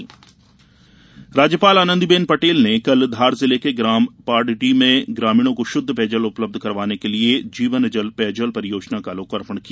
राज्यपाल राज्यपाल आनंदीबेन पटेल ने कल धार जिले के ग्राम पाटडी में ग्रामीणों को शुद्ध पेयजल उपलब्ध करवाने के लिये जीवन जल पेयजल परियोजना का लोकार्पण किया